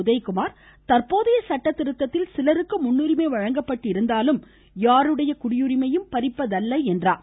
உதயகுமார் தற்போதைய சட்ட திருத்தத்தில் சிலருக்கு முன்னுரிமை வழங்கப்பட்டிருந்தாலும் யாருடைய குடியுரிமையையும் பறிப்பதல்ல என்றார்